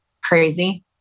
crazy